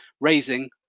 raising